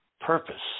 purpose